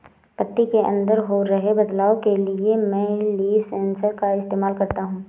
पत्ती के अंदर हो रहे बदलाव के लिए मैं लीफ सेंसर का इस्तेमाल करता हूँ